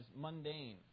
mundane